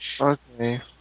Okay